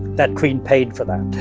that queen paid for that,